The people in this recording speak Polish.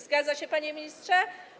Zgadza się, panie ministrze?